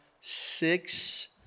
six